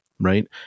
right